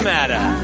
Matter